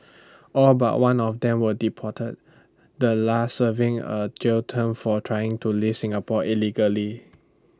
all but one of them were deported the last serving A jail term for trying to leave Singapore illegally